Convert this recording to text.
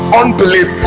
unbelief